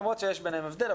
למרות ההבדל.